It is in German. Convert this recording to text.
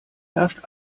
herrscht